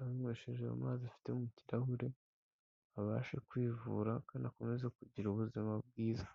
abinywesheje amazi afite mu kirahure abashe kwivura kandi akomeze kugira ubuzima bwiza.